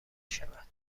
شود